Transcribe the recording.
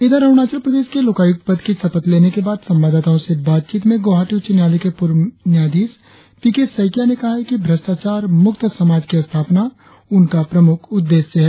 इधर अरुणाचल प्रदेश के लोकायुक्त पद की शपथ लेने के बाद संवाददाताओ से बातचीत में गौहाटी उच्च न्यायालय के पूर्व न्यायाधीश पी के सैकिया ने कहा है कि भ्रष्ट्राचार मुक्त समाज की स्थापना उनका प्रमुख उद्देश्य है